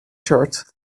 chart